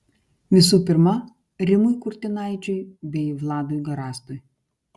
visų pirma rimui kurtinaičiui bei vladui garastui